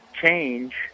change